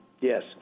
Yes